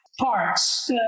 parts